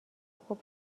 خوب